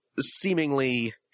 seemingly